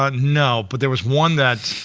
but no, but there was one that,